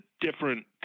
different